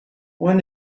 when